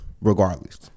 regardless